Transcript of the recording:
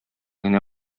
генә